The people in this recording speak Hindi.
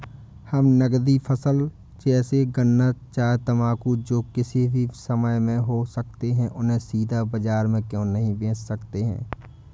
हम नगदी फसल जैसे गन्ना चाय तंबाकू जो किसी भी समय में हो सकते हैं उन्हें सीधा बाजार में क्यो नहीं बेच सकते हैं?